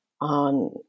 on